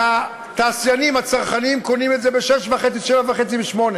והתעשיינים, הצרכנים, קונים את זה ב-6.5, 7.5 ו-8.